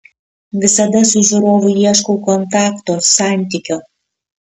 visada su žiūrovu ieškau kontakto santykio